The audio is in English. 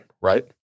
right